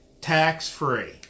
tax-free